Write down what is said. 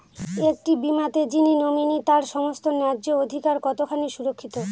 একটি বীমাতে যিনি নমিনি তার সমস্ত ন্যায্য অধিকার কতখানি সুরক্ষিত?